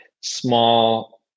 small